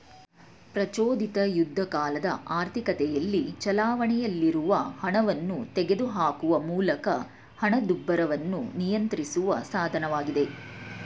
ಪ್ರಚೋದಿತ ಯುದ್ಧಕಾಲದ ಆರ್ಥಿಕತೆಯಲ್ಲಿ ಚಲಾವಣೆಯಲ್ಲಿರುವ ಹಣವನ್ನ ತೆಗೆದುಹಾಕುವ ಮೂಲಕ ಹಣದುಬ್ಬರವನ್ನ ನಿಯಂತ್ರಿಸುವ ಸಾಧನವಾಗಿದೆ